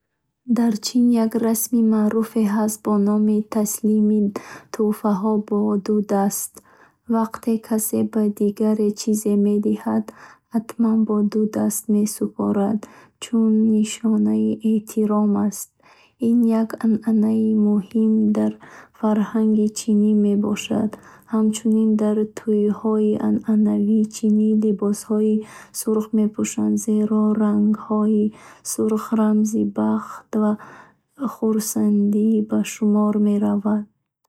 Дар Чин як расми маъруфе ҳаст бо номи Таслими туҳфаҳо бо ду даст. Вақте касе ба дигаре чизе медиҳад, ҳатман бо ду даст месупорад, чун нишонаи эҳтиром аст. Ин як анъанаи муҳим дар фарҳанги чинӣ мебошад. Ҳамчунин, дар Тӯйҳои анъанавии чинӣ либосҳои сурх мепӯшанд, зеро рангҳои сурх рамзи бахт ва хурсандӣ ба шумор мераванд.